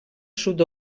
sud